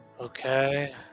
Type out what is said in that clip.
Okay